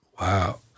Wow